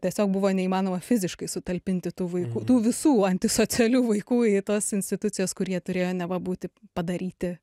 tiesiog buvo neįmanoma fiziškai sutalpinti tų vaikų visų antisocialių vaikų į tas institucijas kur jie turėjo neva būti padaryti